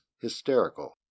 hysterical